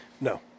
No